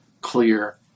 clear